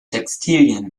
textilien